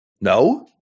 No